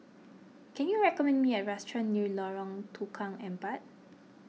can you recommend me a restaurant near Lorong Tukang Empat